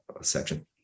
section